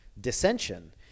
dissension